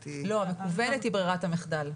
לא, המקוונת היא ברירת המחדל.